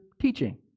teaching